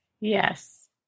Yes